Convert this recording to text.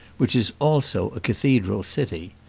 which is also a cathedral city.